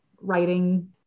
writing